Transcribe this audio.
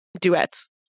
Duets